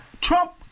Trump